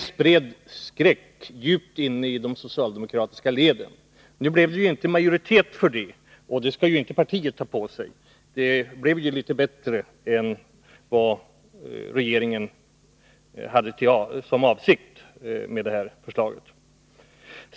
spred skräck djupt inne i de socialdemokratiska leden. Nu blev det inte majoritet för det förslaget, och det skall inte partiet ta på sig. Det blev litet bättre än vad regeringen hade avsett med sitt förslag.